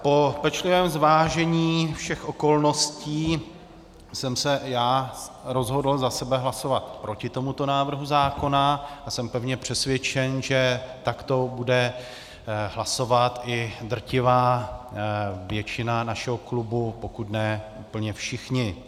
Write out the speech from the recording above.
Po pečlivém zvážení všech okolností jsem se já rozhodl za sebe hlasovat proti tomuto návrhu zákona a jsem pevně přesvědčen, že takto bude hlasovat i drtivá většina našeho klubu, pokud ne úplně všichni.